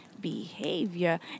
behavior